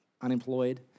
unemployed